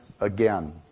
again